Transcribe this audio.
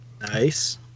nice